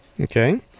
Okay